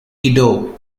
edo